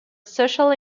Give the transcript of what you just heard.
social